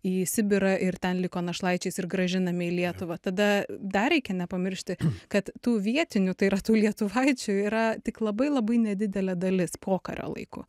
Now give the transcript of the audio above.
į sibirą ir ten liko našlaičiais ir grąžinami į lietuvą tada dar reikia nepamiršti kad tų vietinių tai yra tų lietuvaičių yra tik labai labai nedidelė dalis pokario laiku